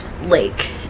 lake